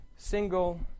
Single